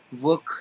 work